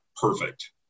perfect